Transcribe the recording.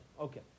Okay